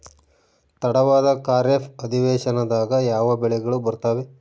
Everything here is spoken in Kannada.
ತಡವಾದ ಖಾರೇಫ್ ಅಧಿವೇಶನದಾಗ ಯಾವ ಬೆಳೆಗಳು ಬರ್ತಾವೆ?